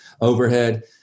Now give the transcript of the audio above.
overhead